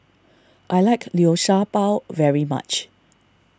I like Liu Sha Bao very much